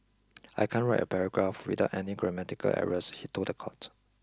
I can't write a paragraph without any grammatical errors he told the court